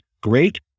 Great